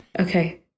Okay